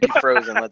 frozen